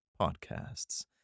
podcasts